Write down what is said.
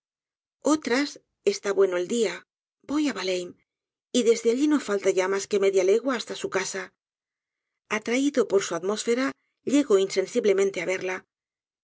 otras está bueno el dia voy á valheim y desde allí no falta ya mas que media legua hasta su casa atraído por su atmósfera llego insensiblemente á verla